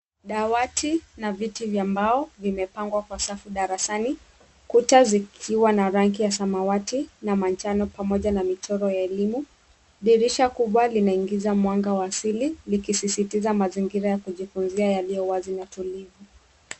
Dawati na viti vya mbao vimepangwa kwa safu darasani, kuta zikiwa na rangi ya samawati na manjano pamoja na michoro ya elimu. Dirisha kubwa linaingiza mwanga wa asili likisisitiza mazingira ya kujifunzia yaliyo wazi na tulivu.